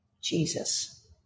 Jesus